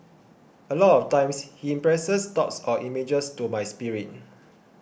a lot of times he impresses thoughts or images to my spirit